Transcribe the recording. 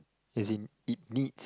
as in it needs